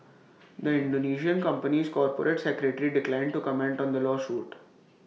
the Indonesian company's corporate secretary declined to comment on the lawsuit